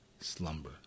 slumber